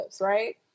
right